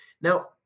now